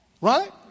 Right